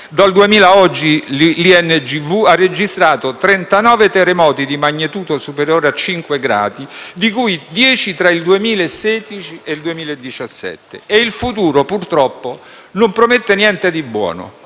dal 2000 oggi l'INGV ha registrato 39 terremoti di magnitudo superiore a 5 gradi, di cui 10 tra il 2016 e il 2017. E il futuro, purtroppo, non promette niente di buono.